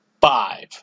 five